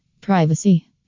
Privacy